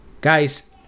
Guys